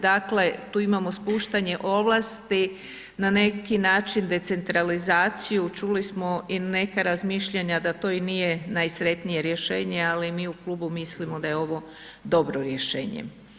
Dakle, tu imamo spuštanje ovlasti na neki način decentralizaciju, čuli smo i neka razmišljanja da to i nije najsretnije rješenje, ali mi u klubu mislimo da je ovo dobro rješenje.